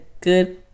good